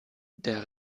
der